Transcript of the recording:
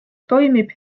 toimib